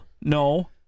no